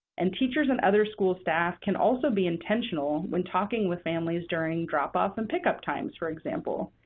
and teachers and other school staff can also be intentional when talking with families during drop-off and pickup times, for example,